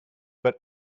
but